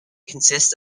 consists